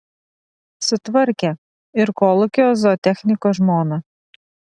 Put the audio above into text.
sutvarkė ir kolūkio zootechniko žmoną